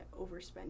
overspend